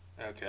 Okay